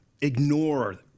ignore